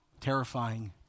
terrifying